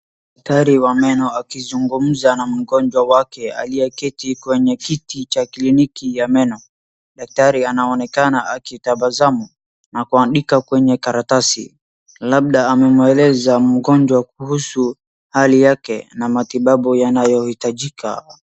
Daktari wa meno akizungumza na mgonjwa wake, aliyeketi kwenye kiti cha kliniki ya meno, daktari anaonekana akitabasamu, na kuandika kwenye karatasi, labda amemweleza mgonjwa kuhusu hali yake na matibabu yanayohitajika.